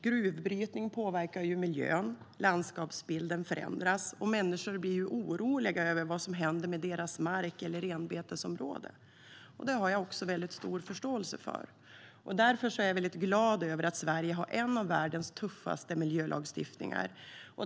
Gruvbrytning påverkar miljön, landskapsbilden förändras och människor blir oroliga över vad som händer med deras mark eller renbetesområde. Det har jag också väldigt stor förståelse för. Därför är jag väldigt glad över att Sverige har en av världens tuffaste miljölagstiftningar.